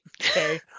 Okay